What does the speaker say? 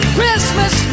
Christmas